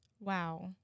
Wow